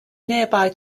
nearby